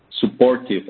supportive